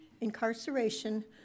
incarceration